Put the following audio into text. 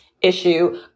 issue